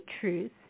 truth